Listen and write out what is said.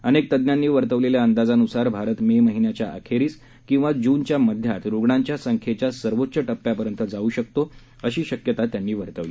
अनेक तज्ञांनी वर्तवलेल्या अंदाजान्सार भारत मे महिन्याच्या अखेरीस किंवा जूनच्या मध्यात रुग्णांच्या संख्येच्या सर्वोच्च टप्प्यापर्यंत जाऊ शकतो अशी शक्यता त्यांनी वर्तवली